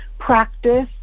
Practice